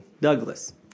Douglas